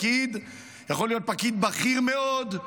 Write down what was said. יכול להיות פקיד בכיר מאוד,